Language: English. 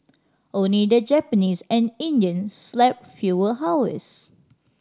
only the Japanese and Indians slept fewer hours